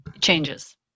changes